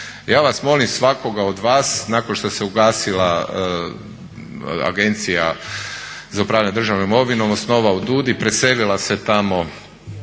Ja vas molim, svakoga od vas nakon što se ugasila Agencija za upravljanje državnom imovinom osnovao DUUDI, preselila se tamo